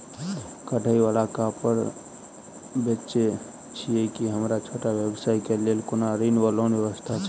कढ़ाई वला कापड़ बेचै छीयै की हमरा छोट व्यवसाय केँ लेल कोनो ऋण वा लोन व्यवस्था छै?